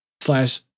slash